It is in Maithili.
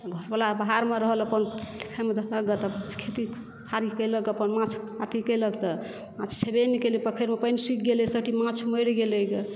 घरवला बाहरमे रहल अपन खेती पथारी केलक अपन माछ अथी केलक तऽ माछ छेबे नहि केलै पोखरिमे पानि सुखि गेलै सबटा माछ मरि गेलै गऽ